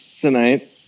tonight